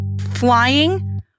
flying